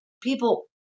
People